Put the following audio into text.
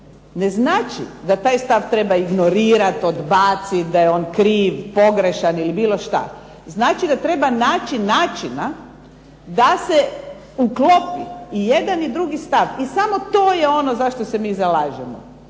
ne znači da taj stav treba ignorirati, odbaciti, da je on pogrešan ili bilo šta, znači da treba naći načina da se uklopi i jedan i drugi stav, i to je ono zašto se mi zalažemo.